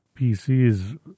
PCs